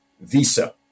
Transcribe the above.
visa